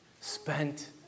spent